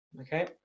Okay